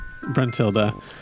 brentilda